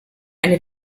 eine